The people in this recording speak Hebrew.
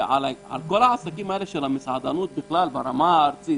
על כל העסקים האלה של המסעדנות בכלל ברמה הארצית,